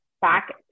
back